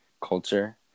culture